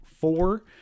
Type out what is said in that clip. four